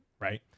right